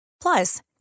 Plus